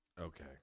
Okay